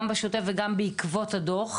גם בשוטף וגם בעקבות הדו"ח,